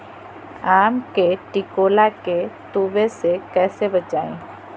आम के टिकोला के तुवे से कैसे बचाई?